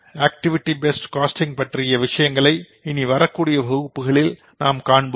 activity based costing பற்றிய விஷயங்களை இனி வரக்கூடிய வகுப்புகளில் நாம் காண்போம்